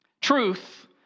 Truth